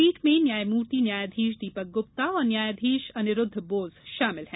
पीठ में न्यायमूर्ति न्यायाधीश दीपक गुप्ता और न्यायाधीश अनिरूद्व बोस शामिल हैं